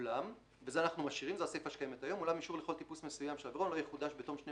אולם אישור לכל טיפוס מסוים של אווירון לא יחודש בתום 12